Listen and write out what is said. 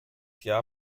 jahr